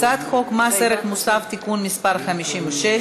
הצעת חוק מס ערך מוסף (תיקון מס' 56),